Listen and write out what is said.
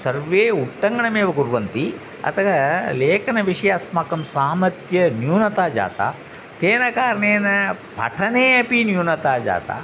सर्वे उट्टङ्कनमेव कुर्वन्ति अतः लेखनविषये अस्माकं सामर्थ्यं न्यूनं जातं तेन कारणेन पठने अपि न्यूनता जाता